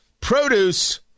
Produce